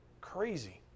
crazy